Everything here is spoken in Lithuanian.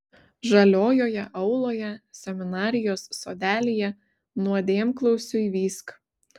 žaliojoje auloje seminarijos sodelyje nuodėmklausiui vysk